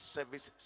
Service